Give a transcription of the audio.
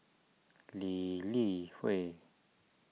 Lee Li Hui